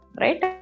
right